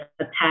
attack